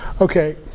Okay